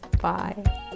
bye